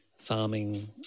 farming